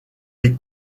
les